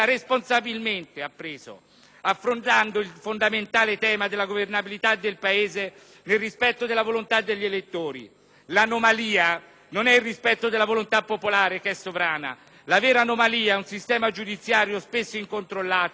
affrontando il fondamentale tema della governabilità del Paese nel rispetto della volontà degli elettori. L'anomalia non è il rispetto della volontà popolare, che è sovrana: la vera anomalia è un sistema giudiziario spesso incontrollato che ha prodotto